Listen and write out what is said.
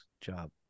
job